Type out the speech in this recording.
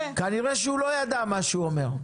כנראה שהוא לא ידע מה שהוא אומר.